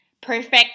perfect